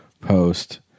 post